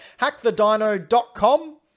hackthedino.com